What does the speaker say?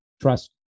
Trust